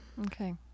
Okay